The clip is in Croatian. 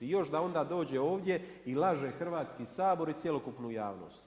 I još da onda dođe ovdje i laže Hrvatski sabor i cjelokupnu javnost.